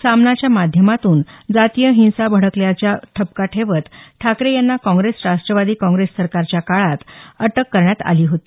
सामनाच्या माध्यमातून जातीय हिंसा भडकवल्याचा ठपका ठेवत ठाकरे यांना काँग्रेस राष्ट्रवादी सरकारच्या काळात अटक करण्यात आली होती